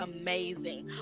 amazing